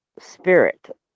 spirit